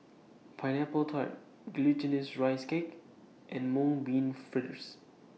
Pineapple Tart Glutinous Rice Cake and Mung Bean Fritters